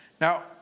Now